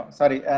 sorry